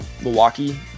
Milwaukee